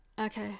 okay